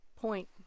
point